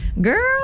Girl